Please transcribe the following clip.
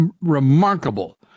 remarkable